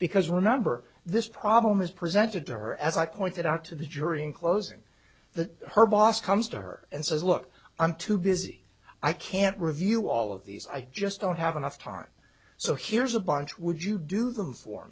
because we're number this problem is presented to her as i pointed out to the jury in closing the her boss comes to her and says look i'm too busy i can't review all of these i just don't have enough time so here's a bunch would you do them for